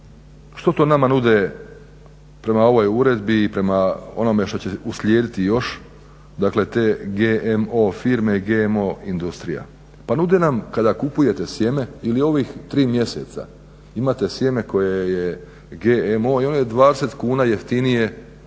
što to nama nude prema ovoj uredbi i prema onome što će uslijediti još, dakle te GMO firme, GMO industrija? Pa nude nam kada kupujete sjeme ili ovih tri mjeseca imate sjeme koje je GMO i ono je 20 kuna jeftinije